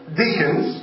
deacons